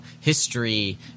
history